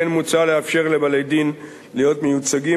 לכן מוצע לאפשר לבעלי-דין להיות מיוצגים